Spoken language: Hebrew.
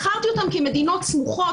בחרתי אותן כי אלה מדינות סמוכות.